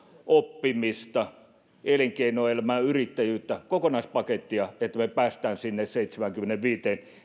oppimista elinkeinoelämää yrittäjyyttä kokonaispakettia että me pääsemme sinne seitsemäänkymmeneenviiteen